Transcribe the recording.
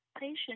Patient